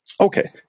Okay